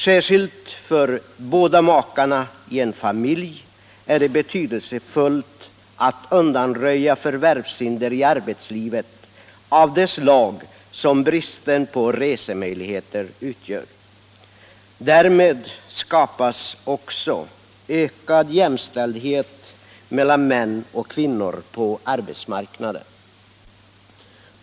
Särskilt för makarna i en familj är det betydelsefullt att undanröja förvärvshinder i arbetslivet av det slag som bristen på resemöjligheter utgör. Därmed skapas också ökad jämställdhet mellan män och kvinnor på arbetsmarknaden.